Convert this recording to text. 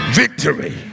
victory